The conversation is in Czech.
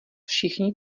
všichni